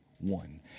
one